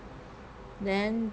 then